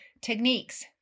techniques